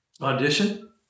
audition